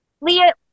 Leah